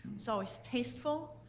it's always tasteful,